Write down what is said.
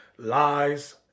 lies